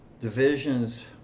divisions